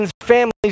families